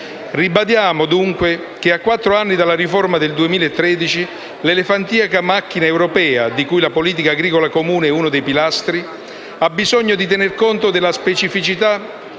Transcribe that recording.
Ribadiamo dunque che, a quattro anni dalla riforma del 2013, l'elefantiaca macchina europea, di cui la politica agricola comune è uno dei pilastri, ha bisogno di tener conto della specificità